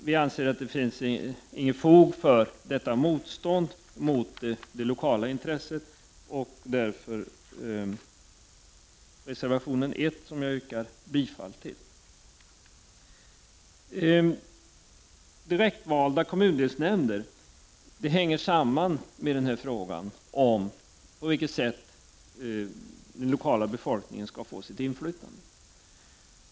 Vi anser att det inte finns fog för detta motstånd mot det lokala intresset. Därav reservation 1, som jag yrkar bifall till. Frågan om direktvalda kommundelsnämnder hänger samman med frågan om på vilket sätt den lokala befolkningen skall kunna få inflytande.